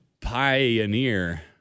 pioneer